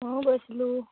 মইও গৈছিলোঁ